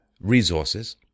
resources